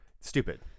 Stupid